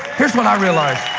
here's what i realized.